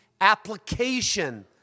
application